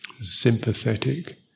Sympathetic